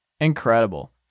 incredible